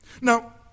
Now